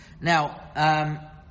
Now